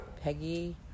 Peggy